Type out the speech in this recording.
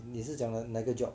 你是讲了哪个 job